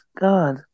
God